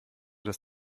das